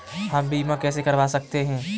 हम बीमा कैसे करवा सकते हैं?